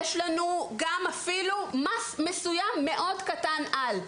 יש לנו גם אפילו מס מסוים מאוד קטן על.